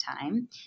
time